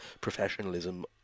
professionalism